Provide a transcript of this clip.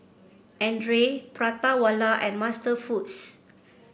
Andre Prata Wala and MasterFoods